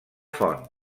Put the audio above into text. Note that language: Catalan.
font